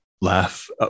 laugh